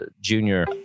junior